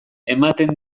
ematen